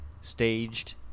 staged